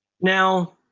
Now